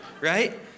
right